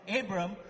abram